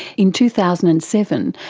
in two thousand and seven,